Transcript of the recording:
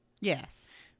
Yes